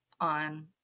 on